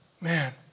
man